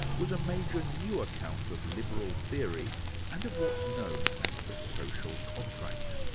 was a major new account of liberal theory and of what's known as the social contract.